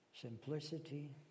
simplicity